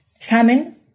famine